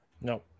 No